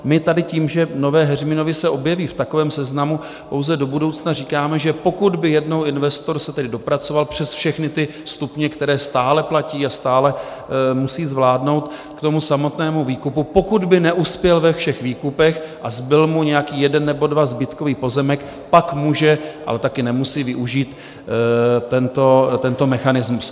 My tady tím, že Nové Heřminovy se objeví v takovém seznamu, pouze do budoucna říkáme, že pokud by se tedy jednou investor dopracoval přes všechny ty stupně, které stále platí a stále musí zvládnout, k tomu samotnému výkupu pokud by neuspěl ve všech výkupech a zbyl mu nějaký jeden nebo dva zbytkové pozemky, pak může, ale také nemusí využít tento mechanismus.